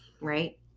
Right